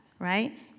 Right